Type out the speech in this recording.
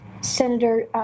Senator